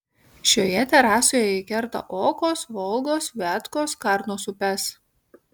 šioje terasoje ji kerta okos volgos viatkos karnos upes